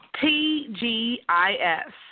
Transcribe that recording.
T-G-I-S